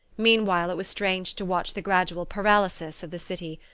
meanwhile it was strange to watch the gradual paralysis of the city.